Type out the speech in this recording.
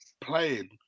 playing